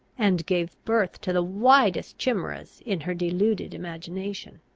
and gave birth to the wildest chimeras in her deluded imagination.